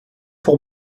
pour